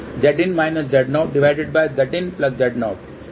Zin किसके बराबर है